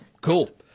cool